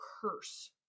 curse